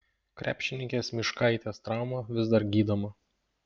krepšininkės myškaitės trauma vis dar gydoma